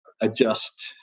adjust